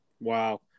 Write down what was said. Wow